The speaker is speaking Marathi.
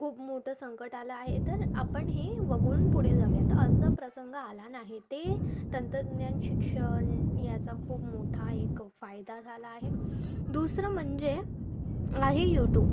खूप मोठं संकट आलं आहे तर आपण हे वगळून पुढे जाऊया तर असा प्रसंग आला नाही ते तंत्रज्ञान शिक्षण याचा खूप मोठा एक फायदा झाला आहे दुसरं म्हणजे आहे यूटूब